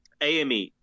AME